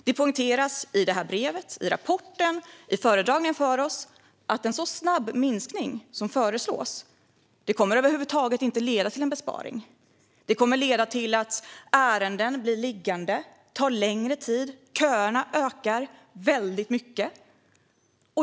Det poängteras i mejlet, i rapporten och i föredragningen för oss att en så snabb minskning som föreslås över huvud taget inte kommer att leda till en besparing. Det kommer att leda till att ärenden blir liggande och tar längre tid och att köerna ökar väldigt mycket.